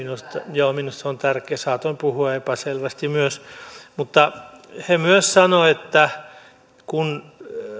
joo minusta se on tärkeää saatoin puhua epäselvästi myös mutta he myös sanoivat että kun